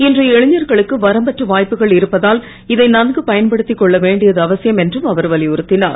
இன்றைய இளைஞர்களுக்கு வரம்பற்ற வாய்ப்புகள் இருப்பதால் இதை நன்கு பயன்படுத்திக் கொள்ள வேண்டியது அவசியம் என்றும் அவர் வலியுறுத்தினுர்